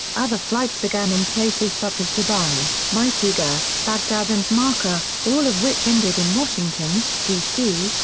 other flights began in places such as dubai, mitiga, baghdad and marka, all of which ended in washington, d c.